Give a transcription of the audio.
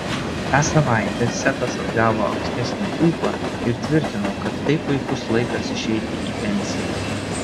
tą savaitę setas atgavo ankstesnį ūpą ir tvirtino kad tai puikus laikas išeiti į pensiją